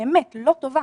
באמת לא טובה,